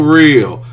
real